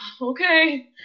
okay